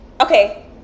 okay